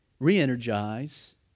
re-energize